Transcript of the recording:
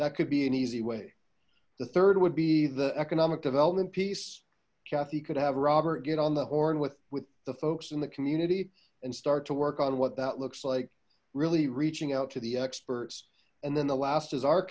that could be an easy way the third would be the economic development piece kathy could have robert get on the horn with with the folks in the community and start to work on what that looks like really reaching out to the experts and then the last is our